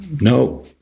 no